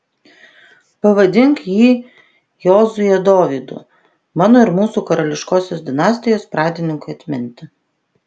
pavadink jį jozue dovydu mano ir mūsų karališkosios dinastijos pradininkui atminti